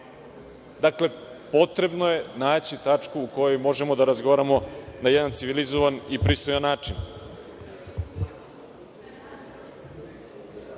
Dakle, potrebno je naći tačku u kojoj možemo da razgovaramo na jedan civilizovan i pristojan